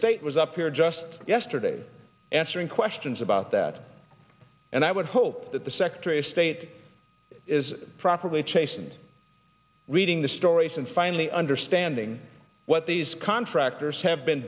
state was up here just yesterday answering questions about that and i would hope that the secretary of state is properly chasen's reading the stories and finally understanding what these contractors have been